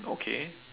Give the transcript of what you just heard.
okay